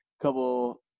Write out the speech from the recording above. Couple